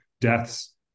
deaths